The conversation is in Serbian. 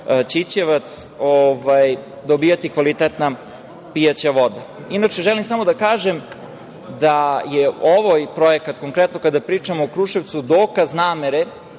Ćićevac, dobijati kvalitetna pijaća voda. Inače, želim samo da kažem da je ovaj projekat, konkretno kada pričamo o Kruševcu, dokaz namere